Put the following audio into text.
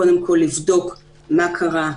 קודם כול לבדוק מה קרה,